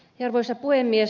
arvoisa puhemies